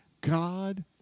God